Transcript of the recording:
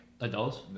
Adults